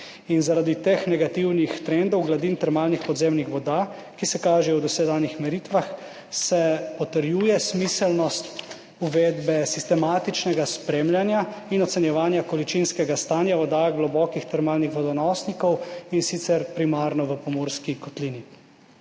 Zaradi teh negativnih trendov gladin termalnih podzemnih voda, ki se kažejo v dosedanjih meritvah, se potrjuje smiselnost uvedbe sistematičnega spremljanja in ocenjevanja količinskega stanja voda globokih termalnih vodonosnikov, in sicer primarno v Murski kotlini.